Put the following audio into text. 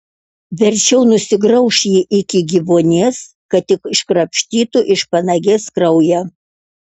verčiau nusigrauš jį iki gyvuonies kad tik iškrapštytų iš panagės kraują